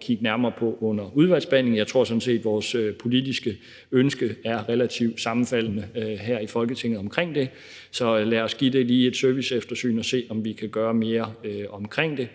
kigge nærmere på under udvalgsbehandlingen. Jeg tror sådan set, vores politiske ønske er relativt sammenfaldende her i Folketinget omkring det. Så lad os lige give det et serviceeftersyn og se, om vi kan gøre mere omkring det.